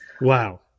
Wow